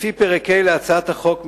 לפי פרק ה' להצעת החוק,